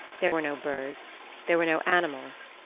there were no birds, there were no animals.